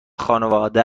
خانواده